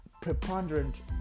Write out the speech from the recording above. preponderant